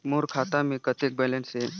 मोर खाता मे कतेक बैलेंस हे?